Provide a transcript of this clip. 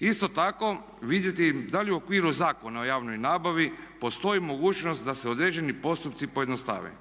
Isto tako vidjeti da li u okviru Zakona o javnoj nabavi postoji mogućnost da se određeni postupci pojednostave.